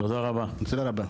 תודה רבה.